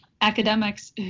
academics